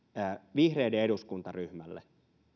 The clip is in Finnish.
vihreiden eduskuntaryhmälle